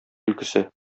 көлкесе